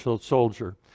soldier